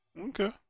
okay